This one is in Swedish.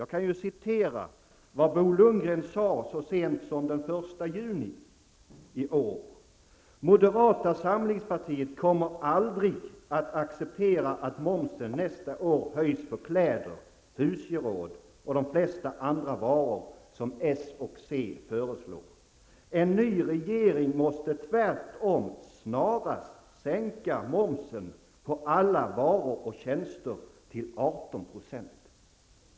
Jag kan exempelvis citera vad Bo Lundgren sade så sent som den 1 juni i år: ''Moderata samlingspartiet kommer aldrig att acceptera att momsen nästa år höjs på kläder, husgeråd och de flesta andra varor som s och c föreslår. En ny regering måste tvärtom snarast sänka momsen på alla varor och tjänster till 18 %.''